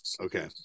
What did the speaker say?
Okay